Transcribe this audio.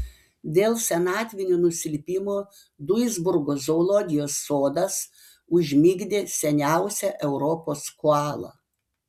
dėl senatvinio nusilpimo duisburgo zoologijos sodas užmigdė seniausią europos koalą